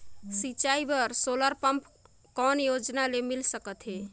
सिंचाई बर solar pump कौन योजना ले मिल सकथे?